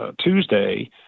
Tuesday